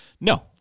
No